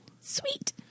Sweet